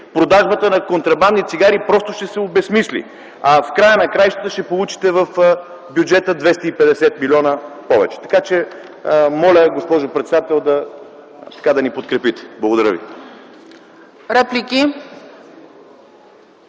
продажбата на контрабандни цигари просто ще се обезсмисли. В края на краищата ще получите в бюджета 250 милиона повече, така че моля, госпожо председател, да ни подкрепите. Благодаря ви.